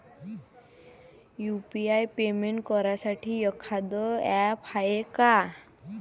UPI payment करासाठी एखांद app हाय का?